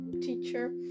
teacher